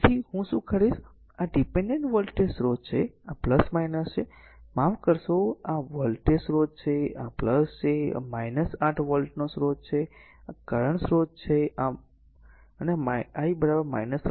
તેથી હું શું કરીશ આ ડીપેનડેન્ટ વોલ્ટેજ સ્રોત છે આ છે આ r માફ કરશો આ r વોલ્ટેજ સ્રોત છે આ છે આ 8 વોલ્ટ નો સ્રોત છે આ કરંટ સ્રોત છે અને I 3 એમ્પીયર છે